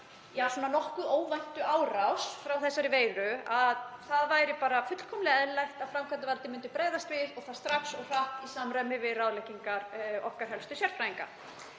þessa nokkuð óvæntu árás frá þessari veiru að það væri bara fullkomlega eðlilegt að framkvæmdarvaldið brygðist við og það strax og hratt í samræmi við ráðleggingar okkar helstu sérfræðinga.